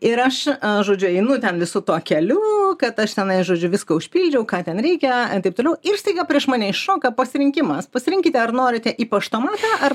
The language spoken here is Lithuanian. ir aš a žodžiu einu ten visu tuo keliu kad aš tenai žodžiu viską užpildžiau ką ten reikia ir taip toliau ir staiga prieš mane iššoka pasirinkimas pasirinkite ar norite į paštoma ar